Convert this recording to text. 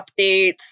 updates